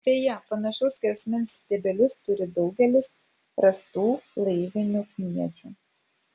beje panašaus skersmens stiebelius turi daugelis rastų laivinių kniedžių